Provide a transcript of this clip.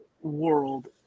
world